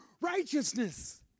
righteousness